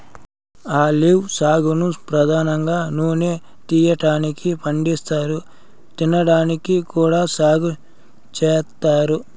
olive సాగును పధానంగా నూనె తీయటానికి పండిస్తారు, తినడానికి కూడా సాగు చేత్తారు